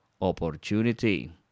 opportunity